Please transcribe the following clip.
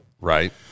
Right